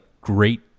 great